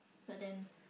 but then